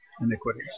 iniquity